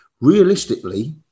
realistically